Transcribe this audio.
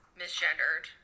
misgendered